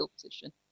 position